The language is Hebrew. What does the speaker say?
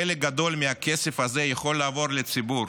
חלק גדול מהכסף הזה יכול לעבור לציבור